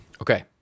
Okay